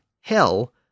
hell